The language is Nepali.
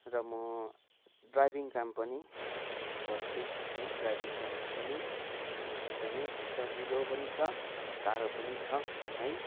र म ड्राइभिङ काम पनि गर्छु है ड्राइभिङ काम पनि एकदमै सजिलो पनि छ साह्रो पनि छ है